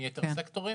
מיתר הסקטורים.